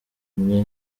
imwe